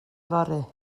yfory